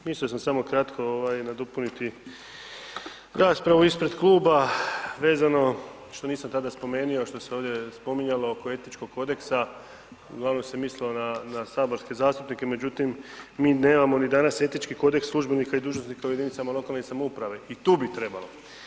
Mislio sam samo kratko nadopuniti raspravu ispred kluba vezano, što nisam tada spomenio, što se ovdje spominjalo oko etičkog kodeksa, uglavnom se mislilo na saborske zastupnike, međutim, mi nemamo ni danas etički kodeks službenika i dužnosnika u jedinicama lokalne samouprave i tu bi trebalo.